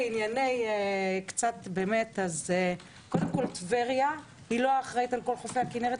לענייני החופים קודם כל טבריה היא לא האחראית על כל חופי הכינרת.